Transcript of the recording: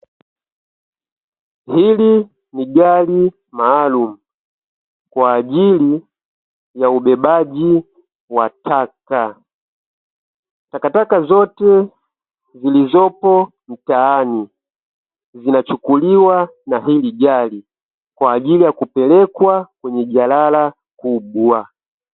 Hili ni gari maalumu kwa ajili ya ubebaji wa taka, takataka zote zilizopo mtaani zinachukuliwa na hili gari, kwa ajili ya kupelekwa kwenye jalala kubwa.